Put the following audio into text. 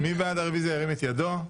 ירים את ידו.